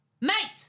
mate